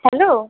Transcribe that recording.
hello